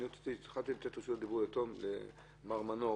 התחלתי לתת רשות דיבור למר מנור.